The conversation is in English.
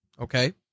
Okay